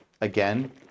again